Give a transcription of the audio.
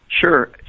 Sure